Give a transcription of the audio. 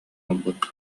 ылбыт